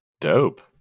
Dope